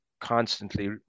constantly